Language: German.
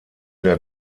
der